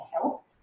help